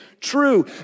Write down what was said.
true